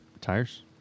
Tires